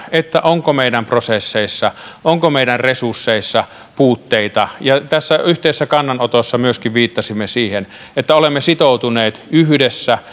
onko meidän prosesseissamme onko meidän resursseissamme puutteita tässä yhteisessä kannanotossa myöskin viittasimme siihen että olemme sitoutuneet yhdessä